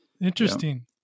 interesting